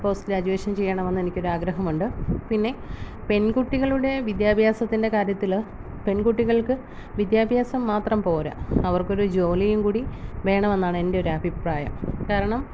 post graduation ചെയ്യണമെന്ന് എനിക്കൊരു ആഗ്രഹമുണ്ട് പിന്നെ പെൺകുട്ടികളുടെ വിദ്യാഭ്യാസത്തിൻ്റെ കാര്യത്തില് പെൺകുട്ടികൾക്ക് വിദ്യാഭ്യാസം മാത്രം പോരാ അവർക്കൊരു ജോലിയും കൂടി വേണമെന്നാണ് എൻ്റെയൊരു അഭിപ്രായം കാരണം